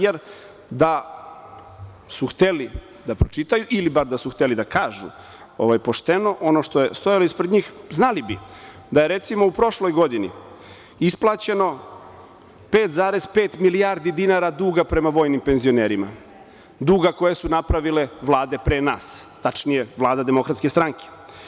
Jer da su hteli da pročitaju ili bar da su hteli da kažu pošteno ono što je stajalo ispred njih znali da bi da je, recimo, u prošloj godini isplaćeno 5,5 milijardi dinara duga prema vojnim penzionerima, duga koje su napravile vlade pre nas, tačnije vlade Demokratske stranke.